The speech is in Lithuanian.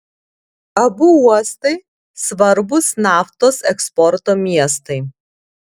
abu uostai svarbūs naftos eksporto miestai